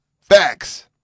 Facts